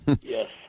Yes